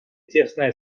тесное